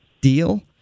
deal